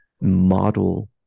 model